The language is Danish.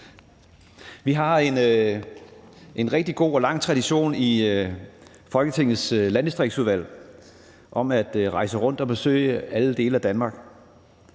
Vi har en rigtig god og lang tradition i Folketingets Landdistriktsudvalg for at rejse rundt og besøge alle dele af Danmark.